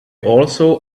also